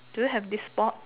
do you have this board